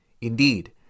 Indeed